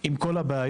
עם כל הבעיות,